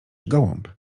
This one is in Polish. gołąb